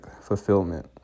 fulfillment